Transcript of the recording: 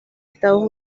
estados